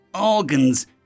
organs